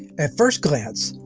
at first glance,